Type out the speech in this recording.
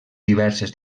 diverses